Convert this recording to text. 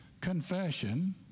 confession